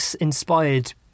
inspired